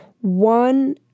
one